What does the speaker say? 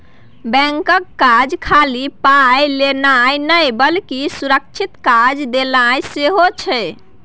बैंकक काज खाली पाय लेनाय नहि बल्कि सुरक्षित कर्जा देनाय सेहो छै